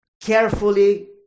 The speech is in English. carefully